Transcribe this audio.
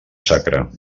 sacra